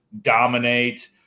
dominate